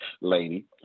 lady